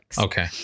Okay